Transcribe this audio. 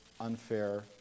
unfair